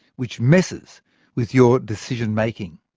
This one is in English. which messes with your decision making.